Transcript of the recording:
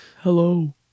Hello